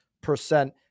percent